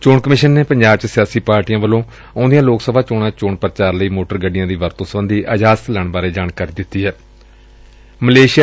ਚੋਣ ਕਮਿਸ਼ਨ ਨੇ ਪੰਜਾਬ ਚ ਸਿਆਸੀ ਪਾਰਟੀਆਂ ਵੱਲੋਂ ਆਉਂਦੀਆਂ ਲੋਕ ਸਭਾ ਚੋਣਾਂ ਵਿਚ ਚੋਣ ਪ੍ਰਚਾਰ ਲਈ ਮੋਟਰ ਗੱਡੀਆਂ ਦੀ ਵਰਤੋਂ ਸਬੰਧੀ ਇਜਾਜ਼ਤ ਲੈਣ ਬਾਰੇ ਜਾਣਕਾਰੀ ਦਿੱਤੀ ਏ